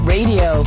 Radio